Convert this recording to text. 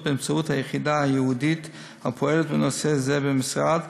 באמצעות היחידה הייעודית הפועלת בנושא זה במשרד